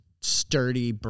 sturdy